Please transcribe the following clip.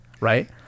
Right